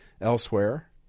elsewhere